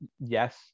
Yes